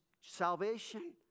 salvation